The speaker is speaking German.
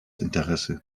interesse